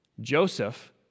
Joseph